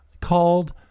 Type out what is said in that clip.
Called